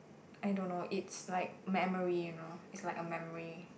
I don't know it's like memory you know it's like a memory